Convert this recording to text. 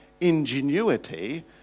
ingenuity